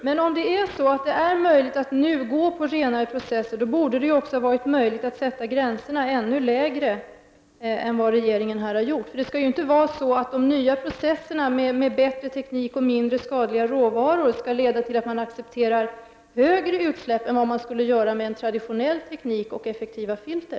Herr talman! Men om det är möjligt att nu gå över till renare processer, borde det vara möjligt att sätta gränsvärdena ännu lägre än vad regeringen har gjort. De nya processerna med bättre teknik och mindre mängd skadliga råvaror skall inte leda till att man accepterar en större mängd utsläpp än vad man skulle göra med traditionell teknik och effektiva filter.